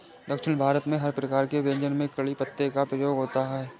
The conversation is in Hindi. दक्षिण भारत में हर प्रकार के व्यंजन में कढ़ी पत्ते का प्रयोग होता है